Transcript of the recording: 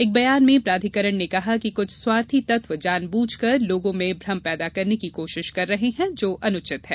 एक बयान में प्राधिकरण ने कहा कि कुछ स्वार्थी तत्व जानबूझ कर लोगों में भ्रम पैदा करने की कोशिश कर रहे हैं जो अनुचित है